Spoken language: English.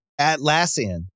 Atlassian